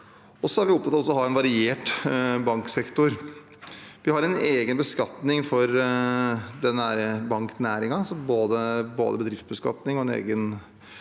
å ha en variert banksektor. Vi har en egen beskatning for banknæringen, både bedriftsbeskatning og en egen